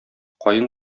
каен